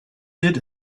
said